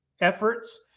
efforts